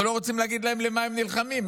אנחנו לא רוצים להגיד להם למה הם נלחמים,